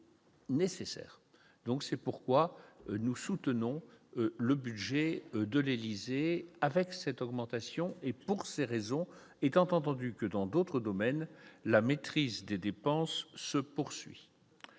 c'est pourquoi nous soutenons le budget de l'Élysée, avec cette augmentation et pour ces raisons, est entendu que dans d'autres domaines, la maîtrise des dépenses se poursuit